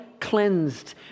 cleansed